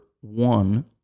one